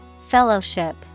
Fellowship